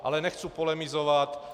Ale nechci polemizovat.